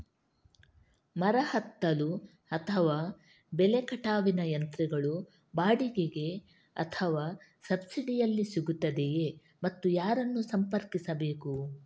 ಮರ ಹತ್ತಲು ಅಥವಾ ಬೆಲೆ ಕಟಾವಿನ ಯಂತ್ರಗಳು ಬಾಡಿಗೆಗೆ ಅಥವಾ ಸಬ್ಸಿಡಿಯಲ್ಲಿ ಸಿಗುತ್ತದೆಯೇ ಮತ್ತು ಯಾರನ್ನು ಸಂಪರ್ಕಿಸಬೇಕು?